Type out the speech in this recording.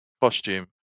costume